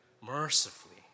mercifully